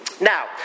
Now